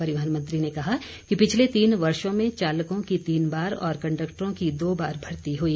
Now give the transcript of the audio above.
परिवहन मंत्री ने कहा कि पिछले तीन वर्षो में चालकों की तीन बार और कंडक्टरों की दो बार भर्ती हुई